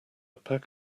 pack